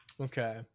okay